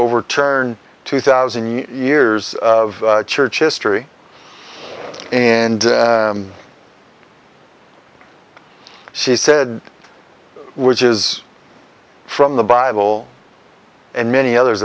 overturn two thousand years of church history and she said which is from the bible and many others